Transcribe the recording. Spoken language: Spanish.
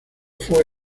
fue